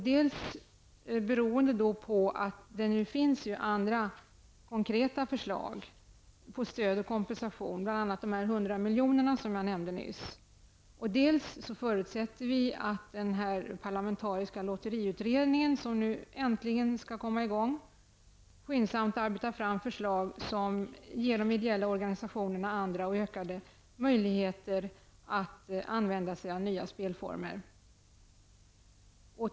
Dels beror det på att det finns andra konkreta förslag om stöd och kompensation, bl.a. de 100 milj.kr. som jag nyss nämnde, Dels förutsätter vi att den parlamentariska lotteriutredning som nu äntligen skall komma i gång skyndsamt arbetar fram förslag som ger de ideella organsationerna andra och större möjligheter att använda sig av nya spelformer.